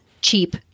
cheap